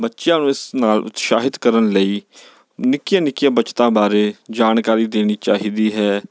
ਬੱਚਿਆਂ ਨੂੰ ਇਸ ਨਾਲ ਉਤਸ਼ਾਹਿਤ ਕਰਨ ਲਈ ਨਿੱਕੀਆਂ ਨਿੱਕੀਆਂ ਬੱਚਤਾਂ ਬਾਰੇ ਜਾਣਕਾਰੀ ਦੇਣੀ ਚਾਹੀਦੀ ਹੈ